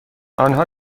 آنها